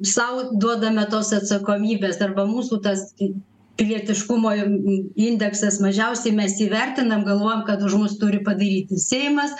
sau duodame tos atsakomybės arba mūsų tas pilietiškumo indeksas mažiausiai mes jį vertinam galvojam kad už mus turi padaryti seimas